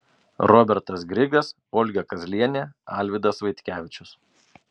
robertas grigas olga kazlienė alvydas vaitkevičius